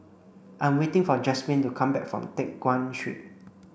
I'm waiting for Jasmin to come back from Teck Guan Street